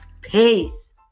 Peace